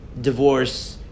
divorce